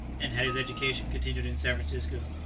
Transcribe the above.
and had his education continued in san francisco,